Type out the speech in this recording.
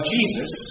Jesus